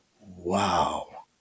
wow